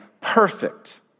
perfect